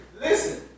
Listen